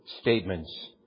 statements